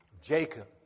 Jacob